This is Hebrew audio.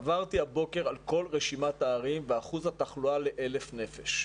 עברתי הבוקר על כל רשימת הערים ואחוז התחלואה ל-1,000 נפש.